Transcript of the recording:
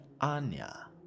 Anya